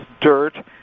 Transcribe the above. dirt